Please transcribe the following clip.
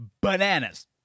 bananas